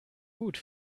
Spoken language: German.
gut